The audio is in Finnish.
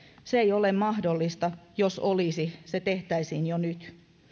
se ei ole mahdollista jos olisi sitä tehtäisiin jo nyt